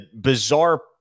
bizarre